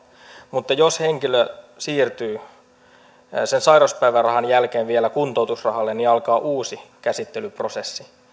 mutta jos henkilö siirtyy sairauspäivärahan jälkeen vielä kuntoutusrahalle niin alkaa uusi käsittelyprosessi